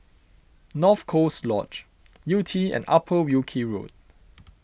North Coast Lodge Yew Tee and Upper Wilkie Road